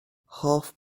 half